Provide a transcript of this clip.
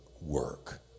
work